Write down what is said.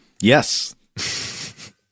Yes